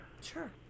sure